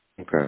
Okay